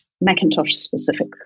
Macintosh-specific